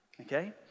okay